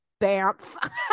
bamf